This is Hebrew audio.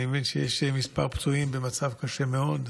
אני מבין שיש כמה פצועים במצב קשה מאוד.